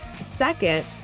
Second